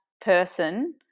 person